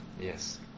Yes